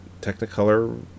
Technicolor